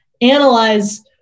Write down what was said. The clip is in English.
analyze